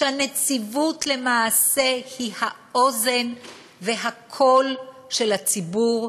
שהנציבות למעשה היא האוזן והקול של הציבור,